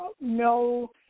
no